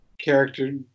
character